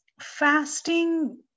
fasting